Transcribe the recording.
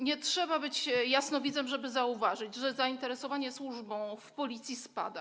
Nie trzeba być jasnowidzem, żeby zauważyć, że zainteresowanie służbą w Policji spada.